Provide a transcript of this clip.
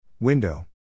Window